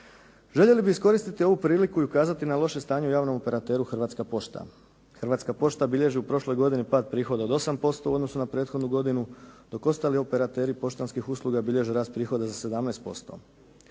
Željeli bi iskoristiti ovu priliku i ukazati na loše stanje u javnom operateru Hrvatska pošta. Hrvatska pošta bilježi u prošloj godini pad prihoda od 8% u odnosu na prethodnu godinu dok ostali operateri poštanskih usluga bilježe rast prihoda za 17%,